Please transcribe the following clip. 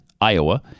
Iowa